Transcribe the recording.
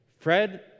Fred